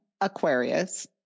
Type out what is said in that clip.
Aquarius